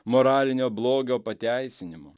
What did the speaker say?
moralinio blogio pateisinimu